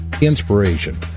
Inspiration